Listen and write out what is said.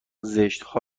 زشتها